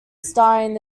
starring